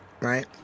right